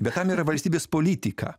bet tam yra valstybės politika